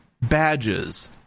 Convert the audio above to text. badges